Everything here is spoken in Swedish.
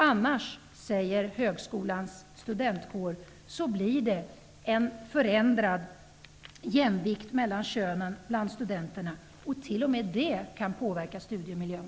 Annars, säger högskolans studentkår, blir det en förändrad jämvikt mellan könen bland studenterna. T.o.m. det kan påverka studiemiljön.